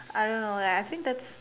I don't know like I think that's